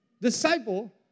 disciple